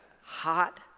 hot